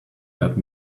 that